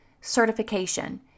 certification